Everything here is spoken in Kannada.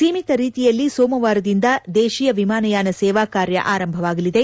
ಸೀಮಿತ ರೀತಿಯಲ್ಲಿ ಸೋಮವಾರದಿಂದ ದೇಶೀಯ ವಿಮಾನಯಾನ ಸೇವಾ ಕಾರ್ಯ ಆರಂಭವಾಗಲಿದೆ